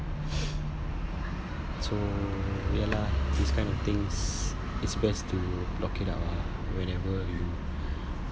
so ya lah this kind of things is best to block it out ah whenever you